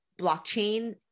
blockchain